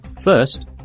First